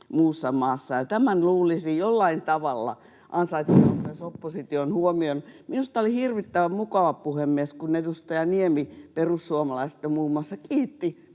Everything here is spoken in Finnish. muussa maassa, ja tämän luulisi jollain tavalla ansaitsevan myös opposition huomion. Minusta oli hirvittävän mukavaa, puhemies, kun edustaja Niemi perussuomalaisista muun muassa kiitti